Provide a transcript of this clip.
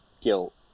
guilt